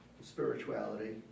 spirituality